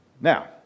now